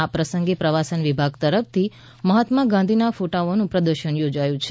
આ પ્રસંગે પ્રવાસન વિભાગ તરફથી મહાત્મા ગાંધીજીના ફોટાઓનું પ્રદર્શન યોજાયું છે